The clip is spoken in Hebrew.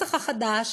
הנוסח החדש